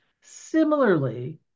Similarly